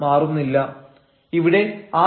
ഇവിടെ r0